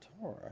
Torah